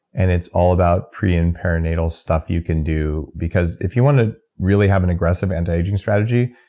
and it's all about pre and perinatal stuff you can do, because if you want to really have an aggressive anti aging strategy,